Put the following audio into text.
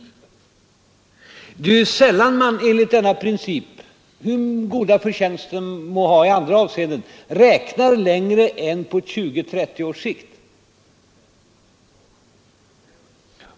Det är ju sällan man enligt denna princip, vilka förtjänster den än må ha i andra avseenden, räknar längre än på 20—30 års sikt.